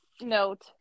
Note